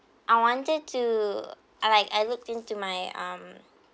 I wanted to I like I looked into my um